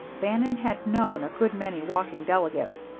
bannon had known a good many walking delegates,